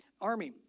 army